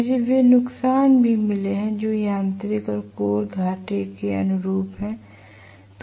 मुझे वे नुकसान भी मिले हैं जो यांत्रिक नुकसान और कोर घाटे के अनुरूप हैं